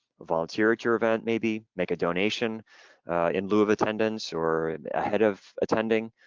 volunteer at your event, maybe, make a donation in lieu of attendance or ahead of attending.